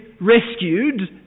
rescued